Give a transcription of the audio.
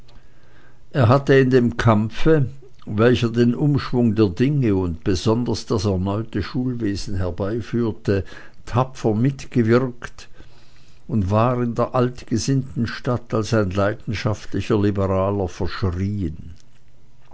er hatte in dem kampfe welcher den umschwung der dinge und besonders das erneute schulwesen herbeiführte tapfer mitgewirkt und war in der altgesinnten stadt als ein leidenschaftlicher liberaler verschrieen